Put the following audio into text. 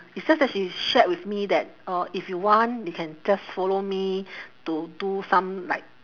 it's just that she shared with me that orh if you want you can just follow me to do some like